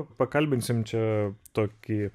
pakalbinsim čia tokį